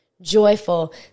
joyful